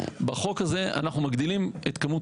בחוק הזה אנחנו מגדילים את כמות